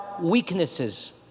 weaknesses